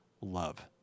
love